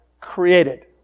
created